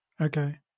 Okay